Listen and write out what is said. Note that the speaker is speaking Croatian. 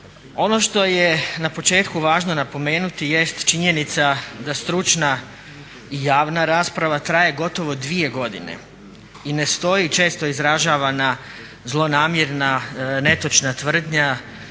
Ono što je na početku važno napomenuti jest činjenica da stručna i javna rasprava traje gotovo dvije godine i ne stoji često izražavana zlonamjerna netočna tvrdnju